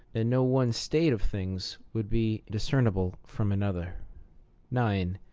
and no one state of things would be dis cernible from another nine.